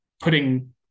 putting